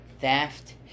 theft